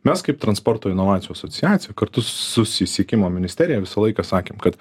mes kaip transporto inovacijų asociacija kartu su susisiekimo ministerija visą laiką sakėm kad